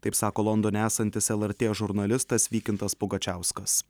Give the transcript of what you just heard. taip sako londone esantis lrt žurnalistas vykintas pugačiauskas